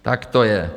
Tak to je!